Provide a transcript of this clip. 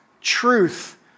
truth